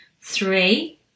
Three